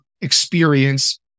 experience